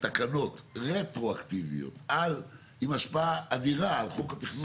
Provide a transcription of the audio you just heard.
אם לא יתחילו,